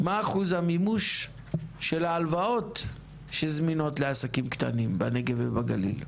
מה אחוז המימוש של ההלוואות שזמינות לעסקים קטנים בנגב ובגליל?